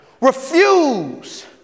refuse